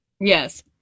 Yes